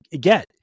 get